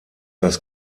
das